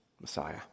Messiah